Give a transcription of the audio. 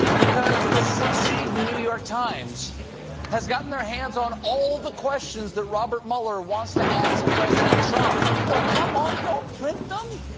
because the succeedin' new york times got and their hands on all the questions that robert mueller wants to ask president trump. oh, come on! don't print them.